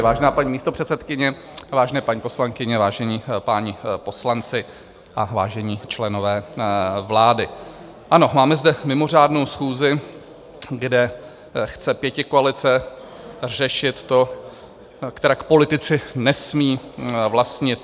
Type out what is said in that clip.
Vážená paní místopředsedkyně, vážené paní poslankyně, vážení páni poslanci a vážení členové vlády, ano, máme zde mimořádnou schůzi, kde chce pětikoalice řešit to, kterak politici nesmí vlastnit média.